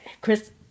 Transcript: Chris